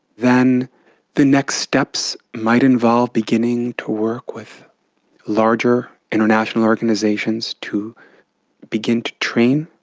then the next steps might involve beginning to work with larger international organisations to begin to train,